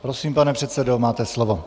Prosím, pane předsedo, máte slovo.